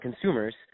consumers